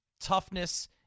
toughness